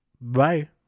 Bye